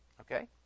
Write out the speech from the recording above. Okay